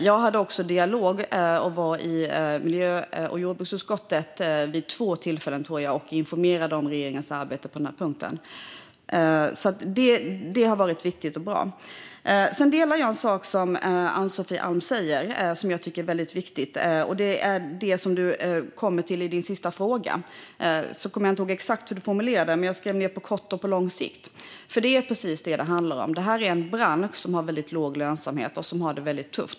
Jag hade också en dialog med och var i miljö och jordbruksutskottet vid två tillfällen, tror jag, och informerade om regeringens arbete på den här punkten. Det har alltså varit viktigt och bra. Sedan instämmer jag i en sak som du säger, Ann-Sofie Alm, och som jag tycker är viktig. Det gäller det du tog upp i din sista fråga. Jag kommer inte ihåg exakt hur du formulerade det, men jag skrev ned orden "på kort och på lång sikt". Det är nämligen precis vad det handlar om: Detta är en bransch som har väldigt låg lönsamhet och som har det tufft.